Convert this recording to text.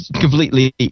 completely